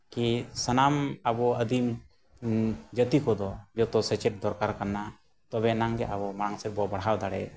ᱠᱤ ᱥᱟᱱᱟᱢ ᱟᱵᱚ ᱟᱹᱫᱤᱢ ᱡᱟᱛᱤ ᱠᱚᱫᱚ ᱡᱚᱛᱚ ᱥᱮᱪᱮᱫ ᱫᱚᱨᱠᱟᱨ ᱠᱟᱱᱟ ᱛᱚᱵᱮ ᱮᱱᱟᱝᱜᱮ ᱟᱵᱚ ᱢᱟᱲᱟᱝ ᱥᱮᱫᱵᱚ ᱵᱟᱲᱦᱟᱣ ᱫᱟᱲᱮᱭᱟᱜᱼᱟ